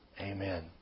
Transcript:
Amen